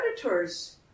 predators